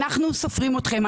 אנחנו סופרים אתכם,